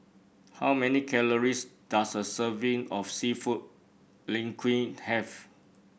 how many calories does a serving of seafood Linguine have